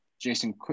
Jason